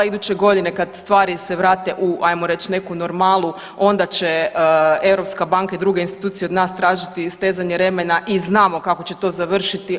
Iduće godine kad stvari se vrate u ajmo reć neku normalu onda će Europska banka i druge institucije od nas tražiti stezanje remena i znamo kako će to završiti.